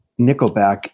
Nickelback